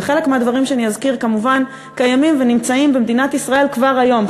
וחלק מהדברים שאני אזכיר כמובן קיימים ונמצאים במדינת ישראל כבר היום.